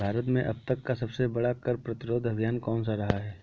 भारत में अब तक का सबसे बड़ा कर प्रतिरोध अभियान कौनसा रहा है?